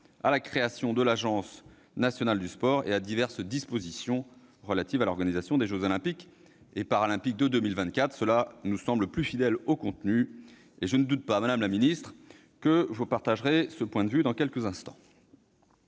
à la création de l'Agence nationale du sport et à diverses dispositions relatives à l'organisation des jeux Olympiques et Paralympiques de 2024 ». Cela nous semble plus fidèle au contenu, et je ne doute pas, madame la ministre, que vous partagerez ce point de vue. Pour la